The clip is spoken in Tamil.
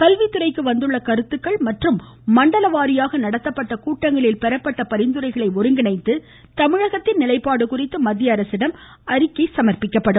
கல்வித்துறைக்கு வந்துள்ள கருத்துக்கள் மற்றும் மண்டல வாரியாக நடத்தப்பட்ட கூட்டங்களில் பெறப்பட்ட பரிந்துரைகளை ஒருங்கிணைத்து தமிழகத்தின் நிலைப்பாடு குறித்து மத்திய அரசிடம் அறிக்கை சமர்ப்பிக்க உள்ளது